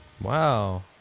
Wow